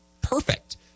perfect